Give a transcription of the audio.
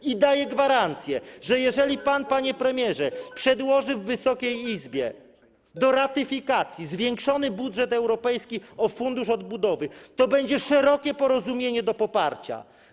I daję gwarancję, że jeżeli pan, panie premierze, przedłoży w Wysokiej Izbie do ratyfikacji zwiększony budżet europejski o fundusz odbudowy, to będzie szerokie porozumienie, poparcie.